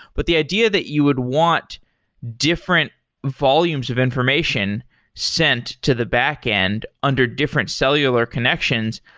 but the idea that you would want different volumes of information sent to the backend under different cellular connections,